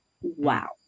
Wow